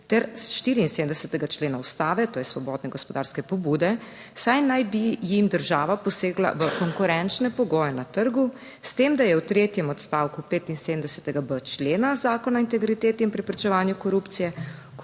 ter 74. člena Ustave, to je svobodne gospodarske pobude, saj naj bi jim država posegla v konkurenčne pogoje na trgu, s tem, da je v tretjem odstavku 75.b člena Zakona o integriteti in preprečevanju korupcije. Kot izjema